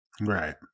Right